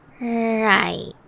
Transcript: Right